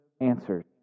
answers